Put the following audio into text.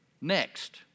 next